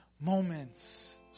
moments